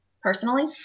personally